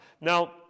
now